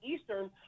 Eastern